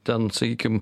ten sakykim